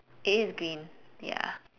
it is green ya